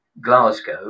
Glasgow